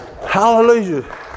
Hallelujah